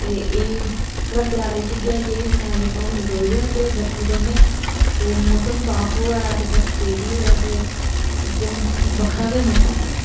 ते एह् स्याले च इयै गे प्हाड़ लदोए दे होंदे बर्फो कन्नै ते मौसम साफ होऐ ते बर्फ पेदी होऐ ते इक बक्खरा गै मजा होंदा